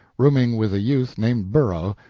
rooming with a youth named burrough,